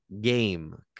game